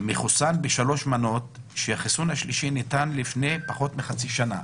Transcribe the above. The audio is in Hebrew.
מחוסן בשלוש מנות כשהחיסון השלישי ניתן לפני פחות מחצי שנה.